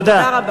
תודה רבה.